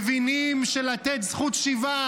מבינים שלתת זכות שיבה